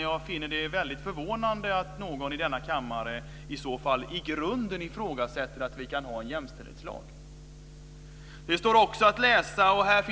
Jag finner det väldigt förvånande att någon i denna kammare i så fall i grunden ifrågasätter att vi kan ha en jämställdhetslag.